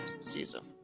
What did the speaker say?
season